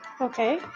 okay